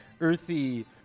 earthy